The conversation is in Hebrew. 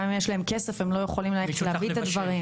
גם אם יש להם כסף הם לא יכולים ללכת להביא את הדברים.